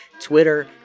Twitter